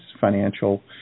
financial